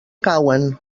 cauen